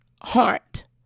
heart